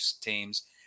teams